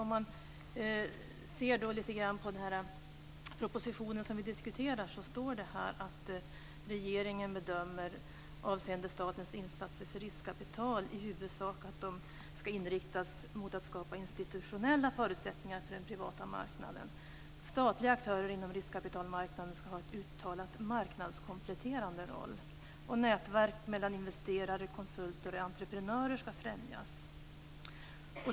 I den proposition som vi diskuterar står det att regeringen bedömer, avseende statens insatser för riskkapital i huvudsak, att de ska inriktas mot att skapa institutionella förutsättningar för den privata marknaden. Statliga aktörer inom riskkapitalmarknaden ska ha en uttalat marknadskompletterande roll. Nätverk mellan investerare, konsulter och entreprenörer ska främjas.